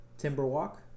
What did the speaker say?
Timberwalk